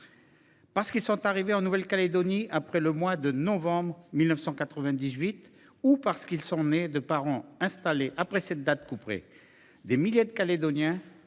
Parce qu’ils sont arrivés en Nouvelle Calédonie après le mois de novembre 1998 ou parce qu’ils sont nés de parents installés après cette date couperet, des milliers de Calédoniens,